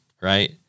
right